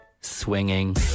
swinging